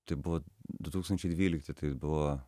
tai buvo du tūkstančiai dvylikti tai buvo